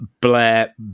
Blair